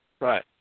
right